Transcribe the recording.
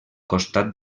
costat